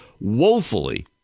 woefully